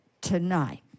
tonight